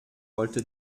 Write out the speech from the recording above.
wollte